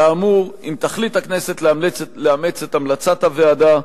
כאמור, אם תחליט הכנסת לאמץ את המלצת הוועדה,